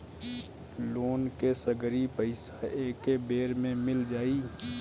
Loan के सगरी पइसा एके बेर में मिल जाई?